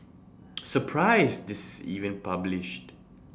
surprised this is even published